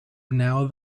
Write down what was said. now